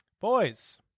Boys